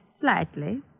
slightly